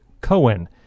Cohen